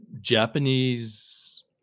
Japanese